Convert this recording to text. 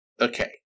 okay